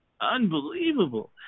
Unbelievable